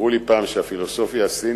אמרו לי פעם שהפילוסופיה הסינית